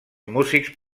músics